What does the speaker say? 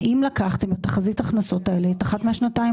האם לקחתם את התחזית ההכנסות האלה על אחת מהשנתיים